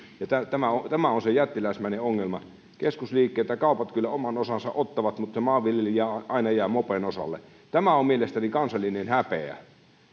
tämä tämä on se jättiläismäinen ongelma keskusliikkeet ja kaupat kyllä oman osansa ottavat mutta maanviljelijä aina jää mopen osalle tämä on mielestäni kansallinen häpeä